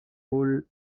all